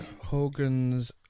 Hogan's